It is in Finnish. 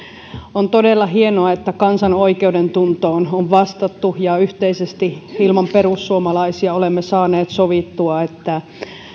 on todella hienoa että kansan oikeudentuntoon on vastattu ja yhteisesti ilman perussuomalaisia olemme saaneet sovittua että